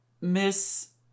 Miss